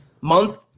month